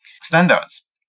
standards